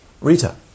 Rita